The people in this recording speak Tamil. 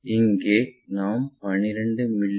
இங்கே நாம் 12 மி